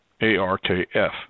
A-R-K-F